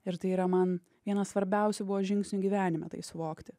ir tai yra man vienas svarbiausių buvo žingsnių gyvenime tai suvokti